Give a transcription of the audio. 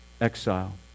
exile